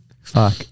Fuck